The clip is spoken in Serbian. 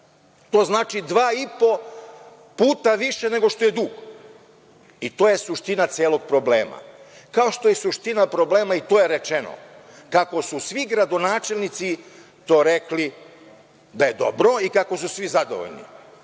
To znači dva i po puta više nego što je dug, i to je suština celog problema. Kao što je suština problema, i to je rečeno, kako su svi gradonačelnici to rekli da je dobro i kako su svi zadovoljni.